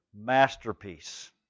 masterpiece